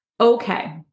okay